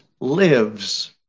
lives